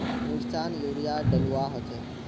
मिर्चान यूरिया डलुआ होचे?